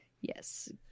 yes